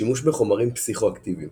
שימוש בחומרים פסיכואקטיביים